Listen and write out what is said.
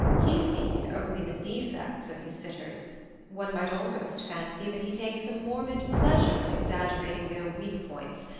he sees only the defects of his sitters one might almost fancy that he takes a morbid pleasure in exaggerating their weak points,